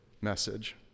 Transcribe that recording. message